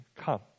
come